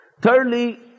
Thirdly